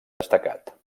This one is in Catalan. destacat